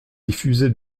diffusé